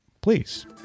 please